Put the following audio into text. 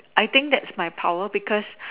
I think that's my power because